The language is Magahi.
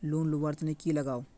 लोन लुवा र तने की लगाव?